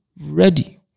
ready